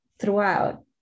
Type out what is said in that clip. throughout